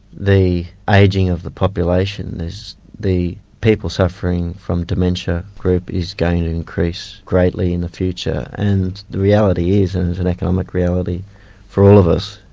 the ageing of the population, the people suffering from dementia group is going to increase greatly in the future, and the reality is, and it's an economic reality for all of us,